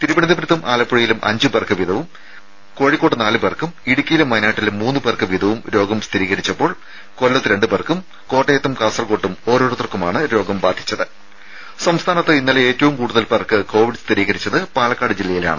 തിരുവനന്തപുരത്തും ആലപ്പുഴയിലും അഞ്ചുപേർക്ക് വീതവും കോഴിക്കോട്ട് നാലു പേർക്കും ഇടുക്കിയിലും വയനാട്ടിലും മൂന്നു പേർക്ക് വീതവും രോഗം സ്ഥിരീകരിച്ചപ്പോൾ കൊല്ലത്ത് രണ്ടുപേർക്കും കോട്ടയത്തും കാസർകോട്ടും ഓരോരുത്തർക്കുമാണ് കോവിഡ് ബാധിച്ചത് രുമ സംസ്ഥാനത്ത് ഇന്നലെ ഏറ്റവും കൂടുതൽ പേർക്ക് കോവിഡ് സ്ഥിരീകരിച്ചത് പാലക്കാട് ജില്ലയിലാണ്